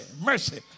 mercy